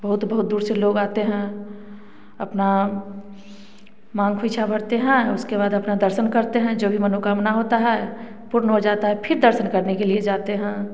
बहुत बहुत दूर से लोग आते हैं अपना माँग फिर से भरते हैं उसके बाद अपना दर्शन करते हैं जो भी मनोकामना होता है पूर्ण हो जाता है फिर दर्शन करने के लिए जाते हैं